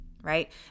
right